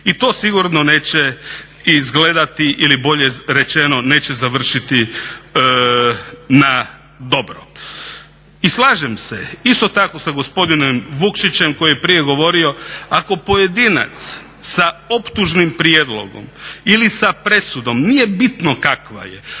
I to sigurno neće izgledati ili bolje rečeno neće završiti na dobro. I slažem se isto tako sa gospodinom Vukšićem koji je govorio ako pojedinac sa optužnim prijedlogom ili sa presudom, nije bitno kakva je,